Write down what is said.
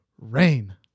Rain